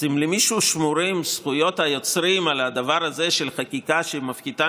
אז אם למישהו שמורות זכויות היוצרים על הדבר הזה של חקיקה שמפחיתה